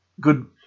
good